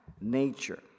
nature